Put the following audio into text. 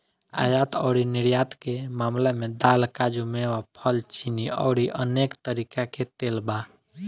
आयात अउरी निर्यात के मामला में दाल, काजू, मेवा, फल, चीनी अउरी अनेक तरीका के तेल बा